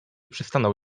przystanął